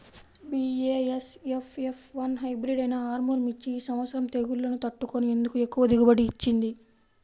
BASF F one hybrid అయినా ఆర్ముర్ మిర్చి ఈ సంవత్సరం తెగుళ్లును తట్టుకొని ఎందుకు ఎక్కువ దిగుబడి ఇచ్చింది?